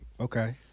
Okay